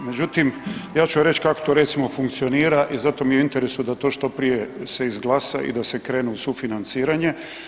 Međutim, ja ću reći kako to recimo funkcionira i zato mi je u interesu da to što prije se izglasa i da se krene u sufinanciranje.